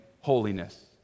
holiness